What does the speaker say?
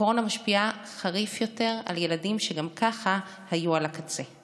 הקורונה משפיעה יותר בחריפות על ילדים שגם ככה היו על הקצה.